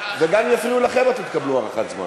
ואם יפריעו לכם גם אתם תתקבלו הארכת זמן,